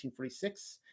1846